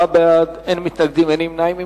עשרה בעד, אין מתנגדים, אין נמנעים.